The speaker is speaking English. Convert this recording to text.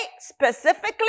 specifically